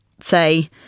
say